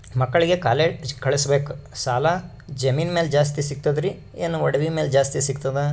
ಮಕ್ಕಳಿಗ ಕಾಲೇಜ್ ಕಳಸಬೇಕು, ಸಾಲ ಜಮೀನ ಮ್ಯಾಲ ಜಾಸ್ತಿ ಸಿಗ್ತದ್ರಿ, ಏನ ಒಡವಿ ಮ್ಯಾಲ ಜಾಸ್ತಿ ಸಿಗತದ?